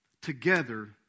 together